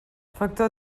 factor